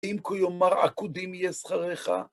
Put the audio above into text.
אם כיומר עקודים יהיה זכריך.